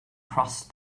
crossed